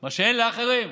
מה שאין לאחרים.